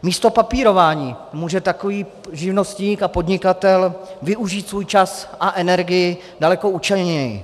Místo papírování může takový živnostník a podnikatel využít svůj čas a energii daleko účelněji.